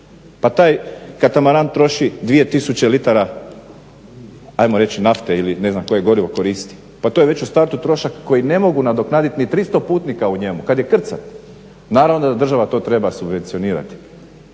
Pa taj katamaran troši 2 tisuće litara ajmo reći nafte ili ne znam koje gorivo koristi. Pa to je već u startu trošak koji ne mogu nadoknaditi ni 300 putnika u njemu kada je krcat. Naravno da država to treba subvencionirati.